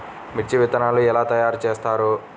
మిర్చి విత్తనాలు ఎలా తయారు చేస్తారు?